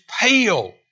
pale